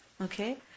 Okay